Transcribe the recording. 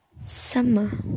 summer